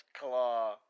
claw